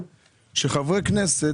שחברי כנסת,